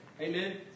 Amen